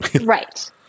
Right